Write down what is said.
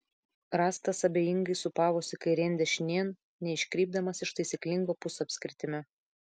rąstas abejingai sūpavosi kairėn dešinėn neiškrypdamas iš taisyklingo pusapskritimio